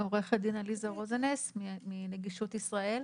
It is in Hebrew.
עורכת דין עליזה רוזנס מנגישות ישראל.